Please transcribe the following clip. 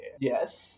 yes